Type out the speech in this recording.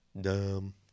dumb